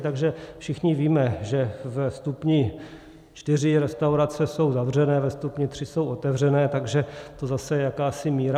Takže všichni víme, že ve stupni čtyři restaurace jsou zavřené, ve stupni tři jsou otevřené, takže to zase je jakási míra.